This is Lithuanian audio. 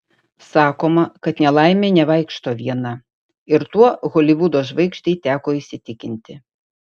sakoma kad nelaimė nevaikšto viena ir tuo holivudo žvaigždei teko įsitikinti